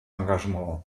engagement